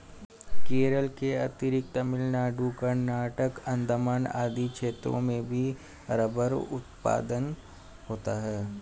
केरल के अतिरिक्त तमिलनाडु, कर्नाटक, अण्डमान आदि क्षेत्रों में भी रबर उत्पादन होता है